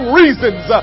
reasons